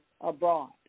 abroad